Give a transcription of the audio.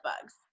bugs